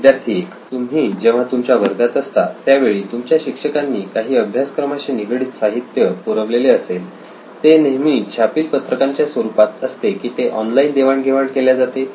विद्यार्थी 1 तुम्ही जेव्हा तुमच्या वर्गात असता त्यावेळी तुमच्या शिक्षकांनी काही अभ्यासक्रमाशी निगडित साहित्य पुरवलेले असेल ते नेहमी छापील पत्रकांच्या स्वरूपात असते की ते ऑनलाइन देवाण घेवाण केल्या जाते